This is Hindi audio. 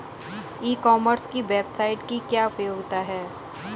ई कॉमर्स की वेबसाइट की क्या उपयोगिता है?